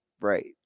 Right